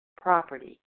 property